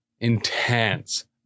intense